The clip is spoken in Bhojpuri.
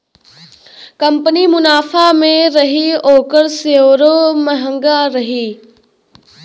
कंपनी मुनाफा मे रही ओकर सेअरो म्हंगा रही